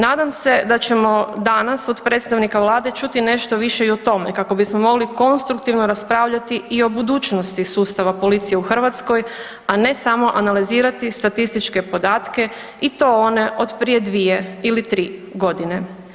Nadam se da ćemo danas od predstavnika Vlade čuti nešto više i o tome kako bismo mogli konstruktivno raspravljati i o budućnosti sustava policije u Hrvatskoj, a ne samo analizirati statističke podatke i to one od prije 2 ili 3 godine.